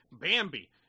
Bambi